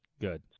Good